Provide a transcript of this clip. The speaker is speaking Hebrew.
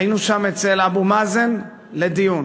היינו אצל אבו מאזן לדיון.